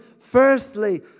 firstly